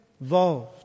involved